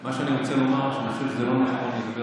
מה שאני רוצה לומר הוא שאני חושב שלא נכון לדבר